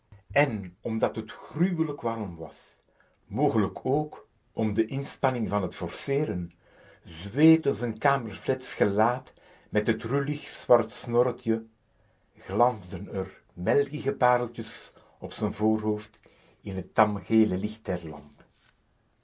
en omdat het gruwelijk warm was mogelijk ook om de inspanning van het f o r c e e r e n zweette z'n kamerfiets gelaat met het rullig zwart snorretje glansden er melkige pareltjes op z'n voorhoofd in het